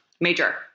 major